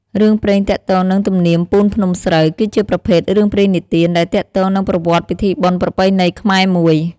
រឿងព្រេងទាក់ទងនឹងទំនៀមពូនភ្នំស្រូវ គឺជាប្រភេទ រឿងព្រេងនិទាន ដែលទាក់ទងនឹងប្រវត្តិពិធីបុណ្យប្រពៃណីខ្មែរមួយ។